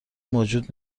موجود